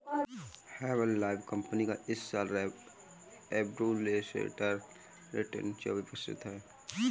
Herbalife company का इस साल एब्सोल्यूट रिटर्न चौबीस प्रतिशत है